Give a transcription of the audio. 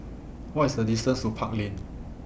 What IS The distance to Park Lane